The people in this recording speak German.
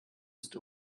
ist